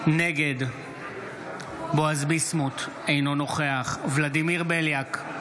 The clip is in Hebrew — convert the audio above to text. נגד בועז ביסמוט, אינו נוכח ולדימיר בליאק,